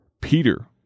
Peter